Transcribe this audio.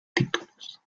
títulos